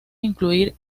incluir